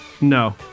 No